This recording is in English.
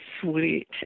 sweet